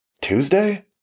Tuesday